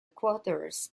quarters